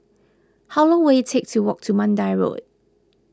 how long will it take to walk to Mandai Road